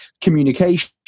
communication